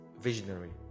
visionary